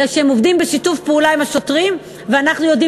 אלא שהם עובדים בשיתוף פעולה עם השוטרים ואנחנו יודעים